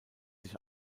sich